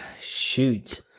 Shoot